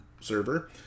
server